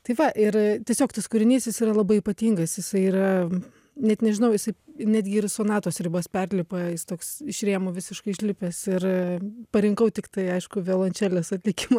tai va ir tiesiog tas kūrinys jis yra labai ypatingas jisai yra net nežinau jisai netgi ir sonatos ribas perlipa jis toks iš rėmų visiškai išlipęs ir parinkau tiktai aišku violončelės atlikimą